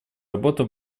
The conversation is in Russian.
работа